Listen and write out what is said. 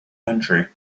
country